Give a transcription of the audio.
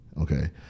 okay